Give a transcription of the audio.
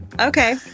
okay